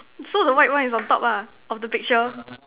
so the white one is on top ah of the picture